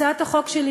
הצעת החוק שלי,